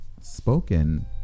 spoken